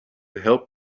help